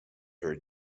her